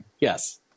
Yes